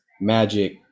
Magic